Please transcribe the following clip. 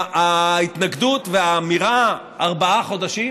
ההתנגדות והאמירה: ארבעה חודשים